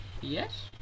Yes